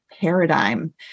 paradigm